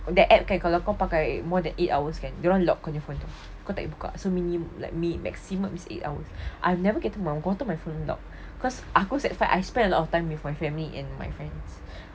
that app kan kalau kau pakai more than eight hours kan dia orang lock kau punya phone tu kau tak boleh buka so min~ maximum is eight hours I've never gotten my phone lock cause aku sahaja I spend a lot of time with my family and my friends